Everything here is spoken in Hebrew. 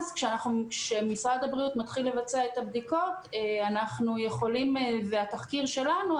כשמשרד הבריאות מתחיל לבצע את הבדיקות והתחקיר שלנו,